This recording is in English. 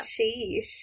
sheesh